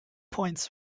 points